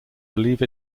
believe